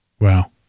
Wow